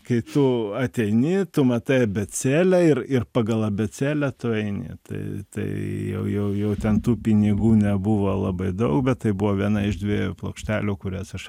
kai tu ateini tu matai abėcėlę ir ir pagal abėcėlę tu eini tai tai jau jau jau ten tų pinigų nebuvo labai daug bet tai buvo viena iš dviejų plokštelių kurias aš